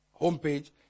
homepage